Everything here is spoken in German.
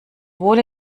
wohl